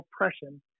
oppression